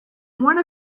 one